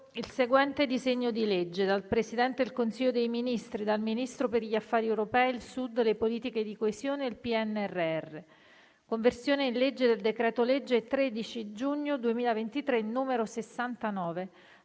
il seguente disegno di legge: *dal Presidente del Consiglio dei ministri, dal Ministro per gli affari europei, il Sud, le politiche di coesione e del PNRR:* «Conversione in legge del decreto-legge 13 giugno 2023, n. 69,